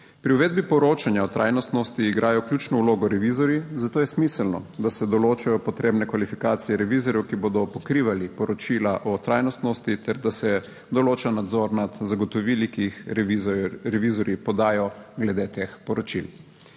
Pri uvedbi poročanja o trajnostnosti igrajo ključno vlogo revizorji, zato je smiselno, da se določijo potrebne kvalifikacije revizorjev, ki bodo pokrivali poročila o trajnostnosti, ter da se določa nadzor nad zagotovili, ki jih revizorji podajo glede teh poročil.